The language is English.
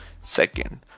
Second